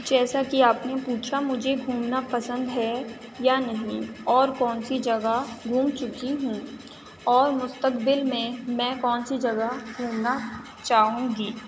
جیسا کہ آپ نے پوچھا مجھے گھومنا پسند ہے یا نہیں اور کون سی جگہ گھوم چُکی ہوں اور مستقبل میں میں کون سی جگہ گھومنا چاہوں گی